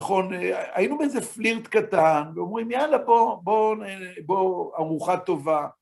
נכון, היינו באיזה פלירט קטן ואומרים, יאללה, בואו ארוחת טובה.